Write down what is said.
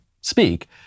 speak